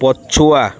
ପଛୁଆ